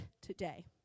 today